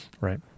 right